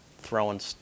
throwing